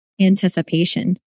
anticipation